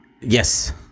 Yes